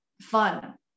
fun